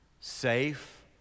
Safe